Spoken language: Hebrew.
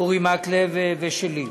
אורי מקלב ושלי.